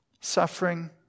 suffering